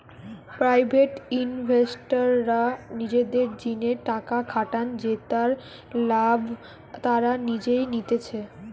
private ইনভেস্টররা নিজেদের জিনে টাকা খাটান জেতার লাভ তারা নিজেই নিতেছে